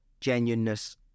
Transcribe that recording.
genuineness